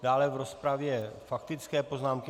Dále v rozpravě faktické poznámky.